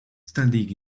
standing